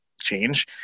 change